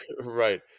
Right